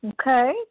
Okay